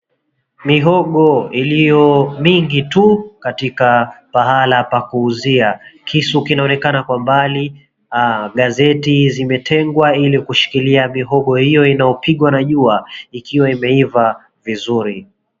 Mihogo iliyo mingi tu katika pahala pa kuuzia, kisu kinaonekana kwa mbali, gazeti zimetengwa ili kushikilia mihogo hiyo inayopigwa na jua ikiwa imeiva vizuri.